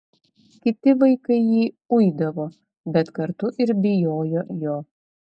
kiti vaikai jį uidavo bet kartu ir bijojo jo